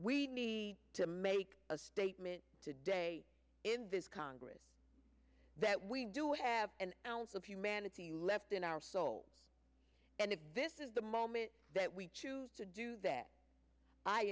we need to make a statement today in this congress that we do have an ounce of humanity left in our soul and if this is the moment that we choose to do that i